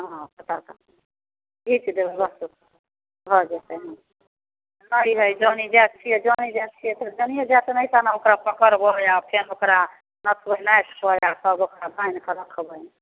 हँ हँ पकड़ तऽ घीच देबै बस भऽ जेतनि हँ नहि हइ जनी जाइत छियै जनी जाइत छियै तऽ जनिये जाइत ने अइठिना ओकरा पकड़बै आओर फेन ओकरा नथबै नाथिके आओर तब ओकरा बान्हिके रखबनि